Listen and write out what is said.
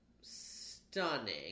stunning